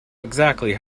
exactly